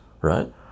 right